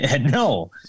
no